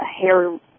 hair